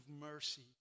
mercy